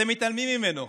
אתם מתעלמים מהם.